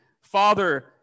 father